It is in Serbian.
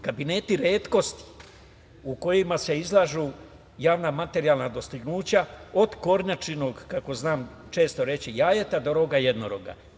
Kabineti retkosti u kojima se izlažu javna materijalna dostignuća, od kornjačinog, kako znam često reći često, jajeta do roga jednoroga.